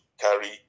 carry